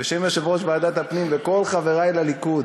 בשם יושב-ראש ועדת הפנים וכל חברי לליכוד,